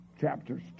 Chapters